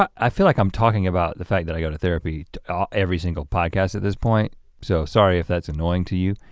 i feel like i'm talking about the fact that i go to therapy ah every single podcast at this point so sorry if that's annoying to you,